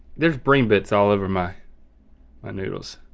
there's brain bits all over my my noodles.